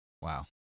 Wow